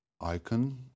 icon